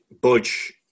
Budge